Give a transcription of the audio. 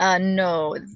No